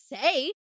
say